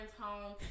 home